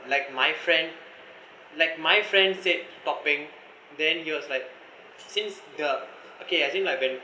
like my friend like my friend said topping then he was like since the okay as in like when